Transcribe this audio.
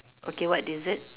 okay what is it